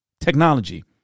Technology